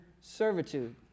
servitude